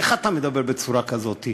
איך אתה מדבר בצורה כזאת?